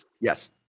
Yes